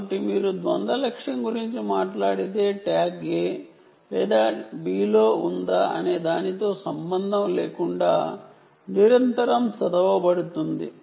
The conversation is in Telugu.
కాబట్టి మీరు ద్వంద్వ లక్ష్యం గురించి మాట్లాడితే ట్యాగ్ A లేదా B లో ఉందా అనే దానితో సంబంధం లేకుండా నిరంతరం చదవబడుతుంది